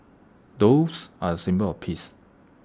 doves are A symbol of peace